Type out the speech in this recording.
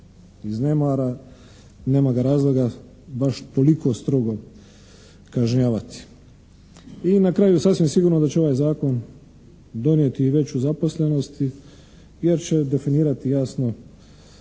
iz nemara, nema ga razloga baš toliko strogo kažnjavati. I na kraju sasvim je sigurno da će ovaj zakon donijeti i veću zaposlenost jer će definirati jasno